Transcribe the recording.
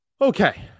Okay